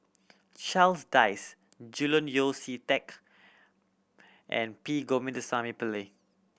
Charles Dyce Julian Yeo See Teck and P Govindasamy Pillai